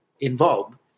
involved